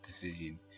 decision